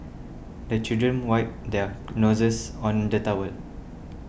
the children wipe their noses on the towel